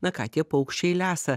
na ką tie paukščiai lesa